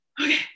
okay